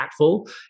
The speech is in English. impactful